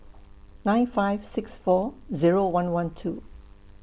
nine five six four Zero one one two